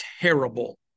terrible